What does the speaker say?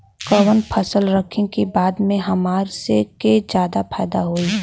कवन फसल रखी कि बाद में हमरा के ज्यादा फायदा होयी?